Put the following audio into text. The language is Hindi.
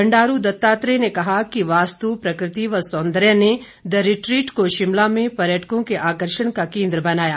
बंडारू दत्तात्रेय ने कहा कि वास्तु प्रकृति व सौन्दर्य ने द रिट्रीट को शिमला में पर्यटकों के आकर्षण का केन्द्र बनाया